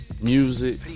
music